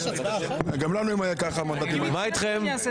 מה אתכם?